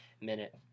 minute